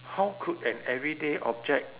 how could an everyday object